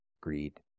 greed